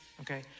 Okay